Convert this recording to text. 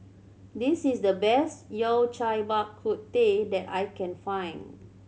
this is the best Yao Cai Bak Kut Teh that I can find